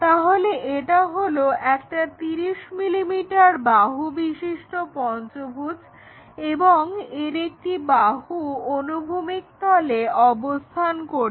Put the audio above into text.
তাহলে এটা হলো একটা 30 মিলিমিটার বাহুবিশিষ্ট পঞ্চভুজ এবং এর একটি বাহু অনুভূমিক তলে অবস্থান করছে